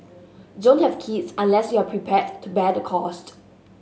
don't have kids unless you are prepared to bear the costs